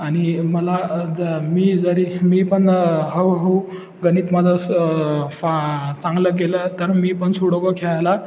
आणि मला ज मी जरी मी पण हळूहळू गणित माझं फा चांगलं केलं तर मी पण सुडोको खेळायला